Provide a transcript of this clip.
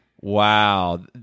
Wow